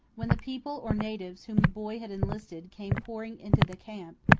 when the people or natives whom the boy had enlisted came pouring into the camp,